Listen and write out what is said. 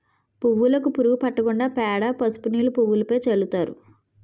పువ్వులుకు పురుగు పట్టకుండా పేడ, పసుపు నీళ్లు పువ్వులుపైన చల్లుతారు